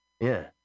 Yeah